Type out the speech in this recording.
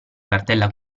cartella